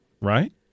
right